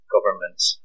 governments